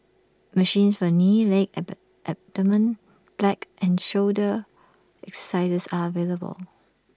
machines for knee leg ab abdomen black and shoulder exercises are available